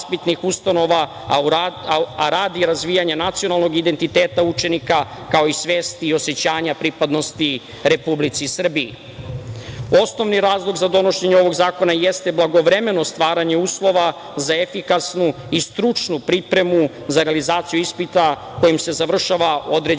a rad i razvijanje nacionalnog identiteta učenika, kao i svest i osećanja pripadnosti Republici Srbiji. Osnovni razlog za donošenje ovog zakona jeste blagovremeno stvaranje uslova za efikasnu i stručnu pripremu za realizaciju ispita kojim se završava određeni